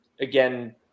again